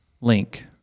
link